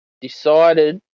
decided